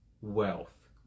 wealth